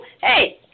hey